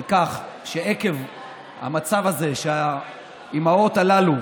שעקב המצב הזה שלא נותנים לאימהות הללו